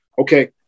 okay